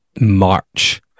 March